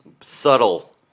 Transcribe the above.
subtle